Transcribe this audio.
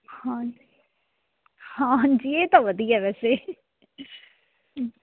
ਹਾਂਜੀ ਹਾਂ ਹਾਂਜੀ ਇਹ ਤਾਂ ਵਧੀਆ ਵੈਸੇ